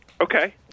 Okay